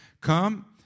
come